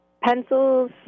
pencils